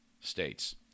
states